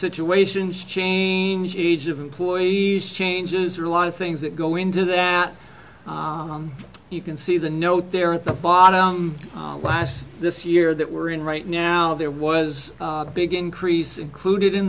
situations change age of employees changes or a lot of things that go into that you can see the note there at the bottom last this year that we're in right now there was a big increase included in